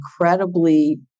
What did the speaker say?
incredibly